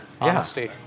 honesty